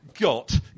Got